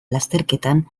lasterketan